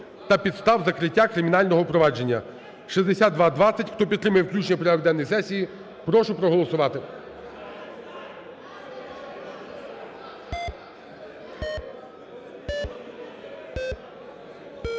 та підстав закриття кримінального провадження. 6220, хто підтримує включення у порядок денний сесії, прошу проголосувати.